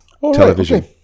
television